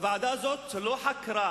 הוועדה הזאת לא חקרה